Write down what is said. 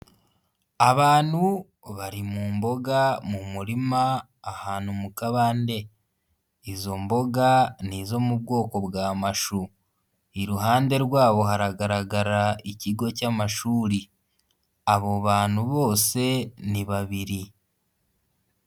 Abantu bari mu mboga mu murima ahantu mu kabande, izo mboga nizo mu bwoko bwa mashu, iruhande rwabo haragaragara ikigo cy'amashuri, abo bantu bose ni babiri.